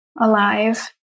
alive